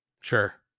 sure